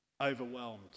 overwhelmed